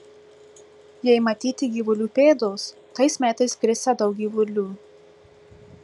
jei matyti gyvulių pėdos tais metais krisią daug gyvulių